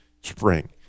spring